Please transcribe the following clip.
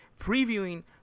previewing